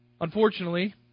Unfortunately